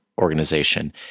organization